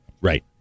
Right